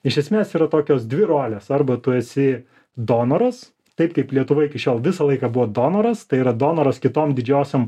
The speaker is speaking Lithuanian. iš esmės yra tokios dvi rolės arba tu esi donoras taip kaip lietuva iki šiol visą laiką buvo donoras tai yra donoras kitom didžiosiom